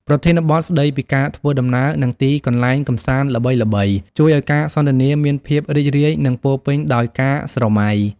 ប្រធានបទស្ដីពីការធ្វើដំណើរ និងទីកន្លែងកម្សាន្តល្បីៗ ជួយឱ្យការសន្ទនាមានភាពរីករាយ និងពោរពេញដោយការស្រមៃ។